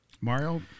Mario